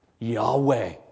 Yahweh